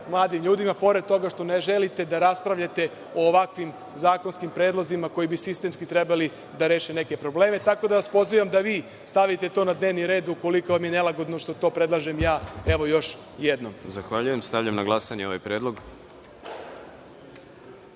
mladim ljudima, pored toga što ne želite da raspravljate o ovakvim zakonskim predlozima koji bi sistemski trebali da reše neke probleme. Tako da, pozivam vas da vi stavite to na dnevni red ukoliko vam ne nelagodno što to predlažem ja, evo još jednom. **Đorđe Milićević** Zahvaljujem. Stavljam na glasanje ovaj